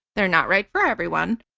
they are not right for everyone,